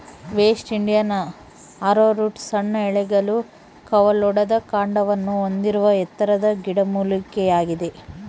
West Indian arrowroot ಸಣ್ಣ ಎಲೆಗಳು ಕವಲೊಡೆದ ಕಾಂಡವನ್ನು ಹೊಂದಿರುವ ಎತ್ತರದ ಗಿಡಮೂಲಿಕೆಯಾಗಿದೆ